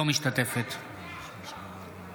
אינה משתתפת בהצבעה